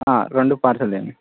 రెండు పార్సల్ చేయండి